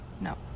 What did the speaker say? no